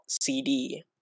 CD